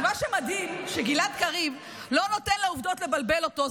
ומה שמדהים הוא שגלעד קריב לא נותן לעובדות לבלבל אותו,